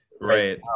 Right